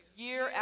Year